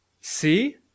see